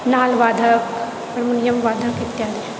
नालवादक हारमोनियमवादक इत्यादि